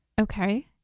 Okay